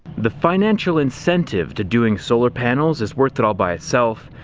the financial incentive to doing solar panels is worth it all by itself.